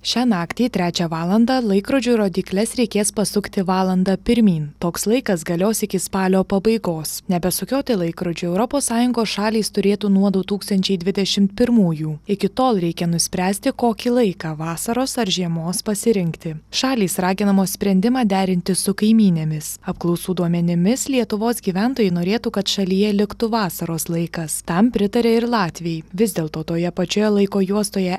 šią naktį trečią valandą laikrodžių rodykles reikės pasukti valanda pirmyn toks laikas galios iki spalio pabaigos nebesukioti laikrodžių europos sąjungos šalys turėtų nuo du tūkstančiai dvidešimt pirmųjų iki tol reikia nuspręsti kokį laiką vasaros ar žiemos pasirinkti šalys raginamos sprendimą derinti su kaimynėmis apklausų duomenimis lietuvos gyventojai norėtų kad šalyje liktų vasaros laikas tam pritaria ir latviai vis dėlto toje pačioje laiko juostoje